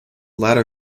latter